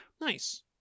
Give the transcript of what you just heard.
nice